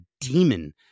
demon